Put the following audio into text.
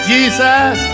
Jesus